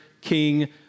king